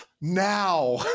now